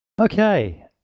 Okay